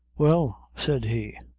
well, said he,